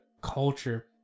Culture